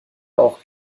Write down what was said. auch